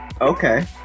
Okay